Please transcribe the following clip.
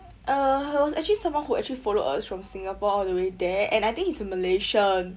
uh he was actually someone who actually follow us from singapore all the way there and I think he's a malaysian